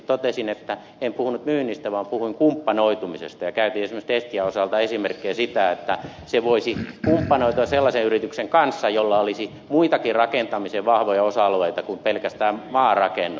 totesin en puhunut myynnistä vaan puhuin kumppanoitumisesta ja käytin esimerkiksi destian osalta esimerkkinä sitä että se voisi kumppanoitua sellaisen yrityksen kanssa jolla olisi muitakin rakentamisen vahvoja osa alueita kuin pelkästään maarakennus